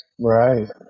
Right